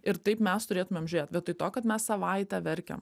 ir taip mes turėtumėm žiūrėt vietoj to kad mes savaitę verkėm